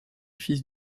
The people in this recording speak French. fils